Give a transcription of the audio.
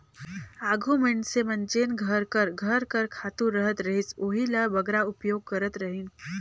आघु मइनसे मन जेन घर कर घर कर खातू रहत रहिस ओही ल बगरा उपयोग करत रहिन